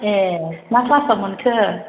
ए मा क्लासाव मोनखो